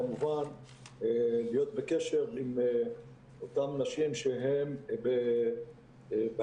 כמובן להיות בקשר עם אותן נשים שהן בהערכת